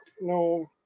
no